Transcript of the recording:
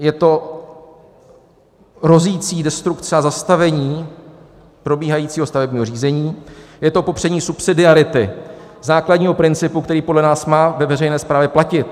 Je to hrozící destrukce a zastavení probíhajícího stavebního řízení, je to popření subsidiarity, základního principu, který podle nás má ve veřejné správě platit.